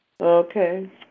Okay